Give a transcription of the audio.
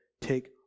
take